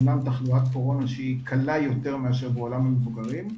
אומנם תחלואת קורונה שהיא קלה יותר מאשר בעולם המבוגרים,